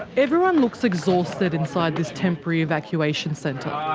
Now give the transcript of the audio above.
everyone looks exhausted inside this temporary evacuation centre.